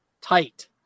tight